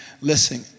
Listen